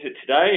today